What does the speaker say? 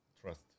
trust